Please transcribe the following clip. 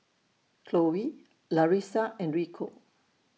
Cloe Larissa and Rico